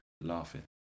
Laughing